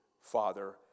Father